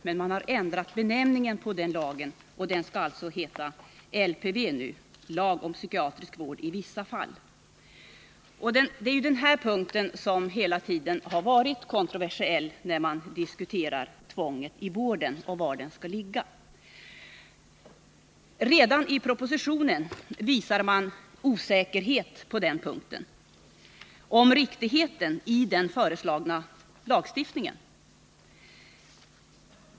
Man har dock ändrat benämningen på denna lag — den skall nu heta lag om psykiatrisk vård i vissa fall, LPV. Det är denna punkt som hela tiden har varit kontroversiell i diskussionen om tvånget i vården och var det skall ligga. Redan i propositionen visas osäkerhet beträffande riktigheten i den föreslagna lagstiftningen.